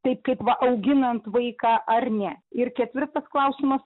taip kaip auginant vaiką ar ne ir ketvirtas klausimas